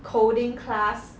coding class